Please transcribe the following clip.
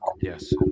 Yes